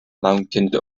mountains